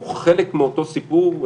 הוא חלק מאותו סיפור.